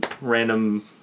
random